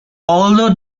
although